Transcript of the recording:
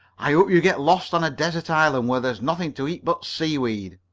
i hope you get lost on a desert island where there's nothing to eat but seaweed!